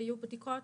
ויהיו בדיקות